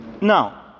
Now